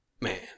man